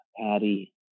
patty